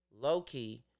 low-key